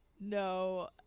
No